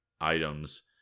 items